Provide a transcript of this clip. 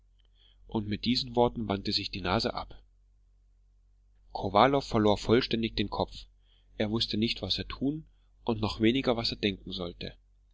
und mit diesen worten wandte die nase sich ab kowalow verlor vollständig den kopf er wußte nicht was er tun und noch weniger was er denken sollte